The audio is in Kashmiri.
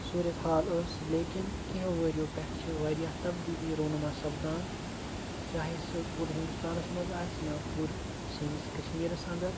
صوٗرتِ حال ٲس لیکِن کیٚنہہ ہو ؤرِیو پٮ۪ٹھ چھِ واریاہ تبدیٖلی رونُما سَپدان چاہے سُہ پوٗرٕ ہِندوستانَس منٛز آسہِ یا پوٗرٕ سٲنِس کَشمیٖرَس اَندَر